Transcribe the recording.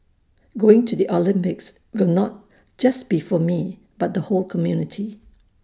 going to the Olympics will not just be for me but the whole community